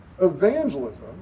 evangelism